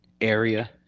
area